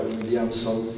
Williamson